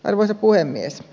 arvoisa puhemies